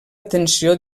atenció